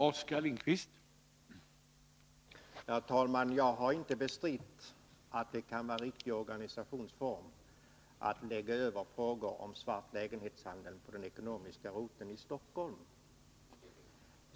Herr talman! Jag har inte bestritt att det kan vara en riktig organisationsform att lägga över ärenden som avser den svarta lägenhetshandeln på den ekonomiska roteln i Stockholm.